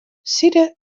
side